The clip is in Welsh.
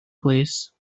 plîs